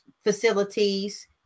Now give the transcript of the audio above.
facilities